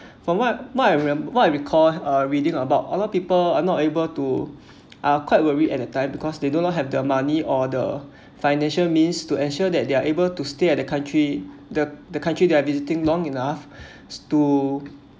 from what what I remem~ what I recall uh reading about other people are not able to uh quite worried at the time because they do not have their money or the financial means to ensure that they are able to stay at the country the the country they're visiting long enough is to